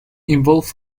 involve